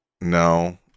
No